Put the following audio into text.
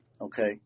okay